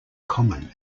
common